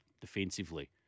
defensively